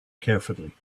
carefully